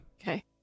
Okay